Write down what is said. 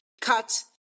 cut